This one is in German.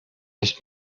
nicht